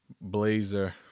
blazer